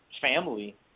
family